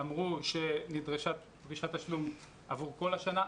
28% אמרו שנדרשה דרישת תשלום על כל השנה,